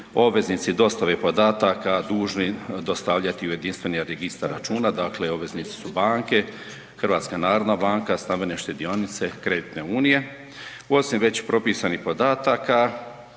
obveznici dostave podataka dužni dostavljati u jedinstveni registar računa. Dakle, obveznici su banke HNB, stambene štedionice, kreditne unije. Osim već propisanih podataka